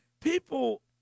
People